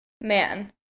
Man